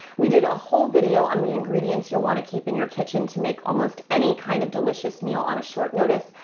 we did a whole video on the ingredients you'll want to keep in your kitchen to make almost any kind of delicious meal on a short notice,